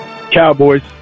Cowboys